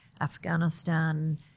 Afghanistan